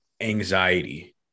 anxiety